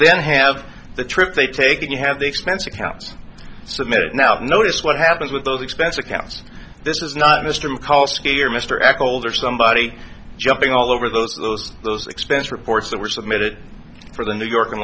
then have the trip they take that you have the expense accounts submitted now notice what happens with those expense accounts this is not mr mccall skier mr eko older somebody jumping all over those those those expense reports that were submitted for the new york and